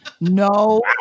no